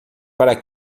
para